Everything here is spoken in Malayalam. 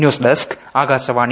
news desk Akashvani